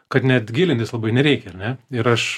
kad net gilintis labai nereikia ar ne ir aš